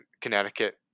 Connecticut